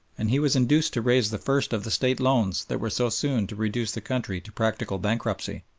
and he was induced to raise the first of the state loans that were so soon to reduce the country to practical bankruptcy.